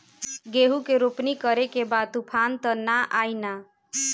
गेहूं के रोपनी करे के बा तूफान त ना आई न?